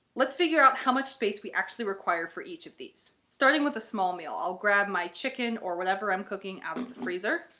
let's figure out how much space we actually require for each of these. starting with the small meal, i'll grab my chicken or whatever i'm cooking out of the freezer.